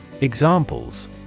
Examples